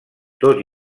tot